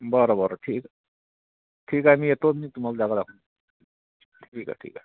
बरं बरं ठीक ठीक आहे मी येतो मग तुम्हाला जागा दाखवतो ठीक आहे ठीक आहे